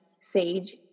Sage